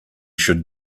should